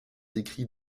écrits